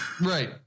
Right